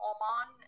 Oman